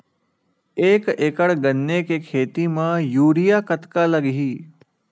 एक एकड़ गन्ने के खेती म यूरिया कतका लगही?